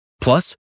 Plus